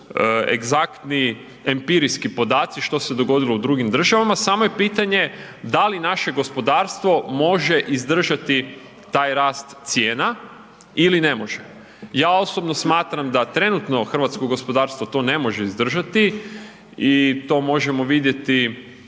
egzaktni, empirijski podaci što se dogodilo u drugim državama, samo je pitanje da li naše gospodarstvo može izdržati taj rast cijena ili ne može. Ja osobno smatram da trenutno hrvatsko gospodarstvo to ne može izdržati i to možemo vidjeti